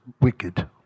wicked